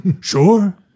Sure